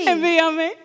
Envíame